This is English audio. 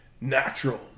Natural